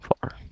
far